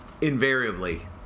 invariably